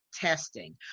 testing